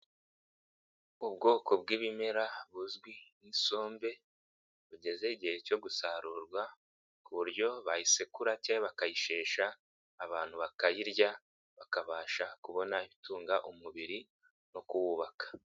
Ubwoko bw'ibimera buzwi nk'isombe bugeze igihe cyo gusarurwa ku buryo bayisekura cyangwa bakayishesha abantu bakayirya bakabasha kubona ibitunga umubiri no kuwubaka.